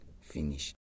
Finish